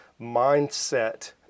mindset